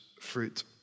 fruit